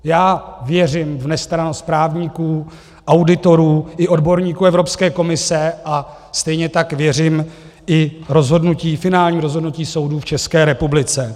Já věřím v nestrannost právníků, auditorů i odborníků Evropské komise a stejně tak věřím i rozhodnutí, finálnímu rozhodnutí soudu v ČR.